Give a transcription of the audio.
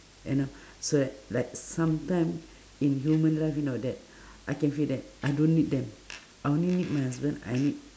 you know so li~ like sometime in human life you know that I can feel that I don't need them I only need my husband I need